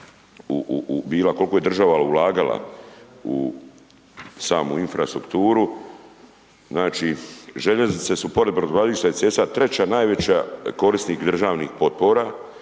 kolko je država ulagala u samu infrastrukturu. Znači željeznice su pored brodogradilišta i cesta treća najveća korisnik državnih potpora,